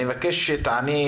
אני מבקש שתעני,